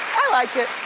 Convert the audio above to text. i like it.